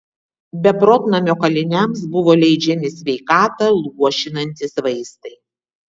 beprotnamio kaliniams buvo leidžiami sveikatą luošinantys vaistai